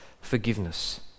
forgiveness